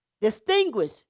distinguish